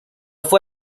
fue